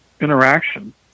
interaction